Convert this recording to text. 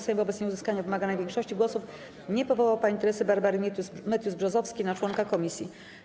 Sejm wobec nieuzyskania wymaganej większości głosów nie powołał pani Teresy Barbary Matthews-Brzozowskiej na członka komisji.